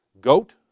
Goat